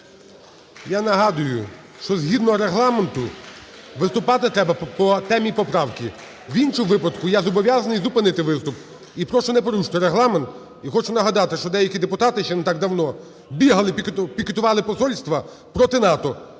Я нагадую, що згідно Регламенту виступати треба по темі поправки. В іншому випадку я зобов'язаний виступ. І прошу не порушувати Регламент. І прошу нагадати, що деякі депутати ще не так давно бігали, пікетували посольства проти НАТО.